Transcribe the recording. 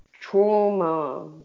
trauma